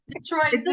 Detroit